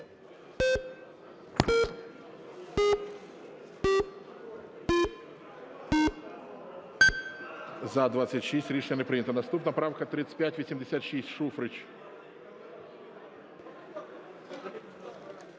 За-25 Рішення не прийнято. Наступна правка 3618, Шуфрич.